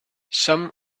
some